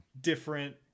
different